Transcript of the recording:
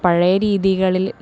പഴയ രീതികളിൽ